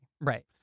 Right